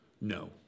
no